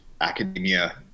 academia